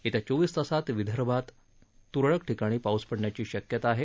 येत्या चोवीस तासात विदर्भात तूरळक ठिकाणी पाऊस पडण्याची शक्यता आहे